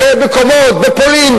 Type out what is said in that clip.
בפולין,